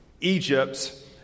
Egypt